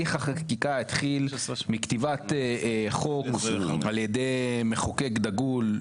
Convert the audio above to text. הליך החקיקה התחיל מכתיבת חוק על ידי מחוקק דגול,